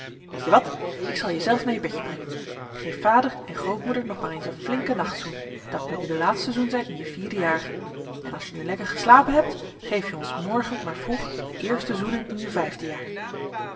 weet je wat ik zal je zelf naar je bedje brengen geef vader en grootmoeder nog maar eens een flinken nachtzoen dat moet nu de laatste zoen zijn in je vierde jaar en als je nu lekker geslapen hebt geef je ons morgen maar vroeg de eerste zoenen in je vijfde jaar